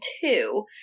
two